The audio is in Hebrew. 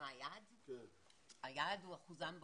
היעד הוא אחוזם באוכלוסייה,